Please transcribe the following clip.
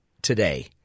today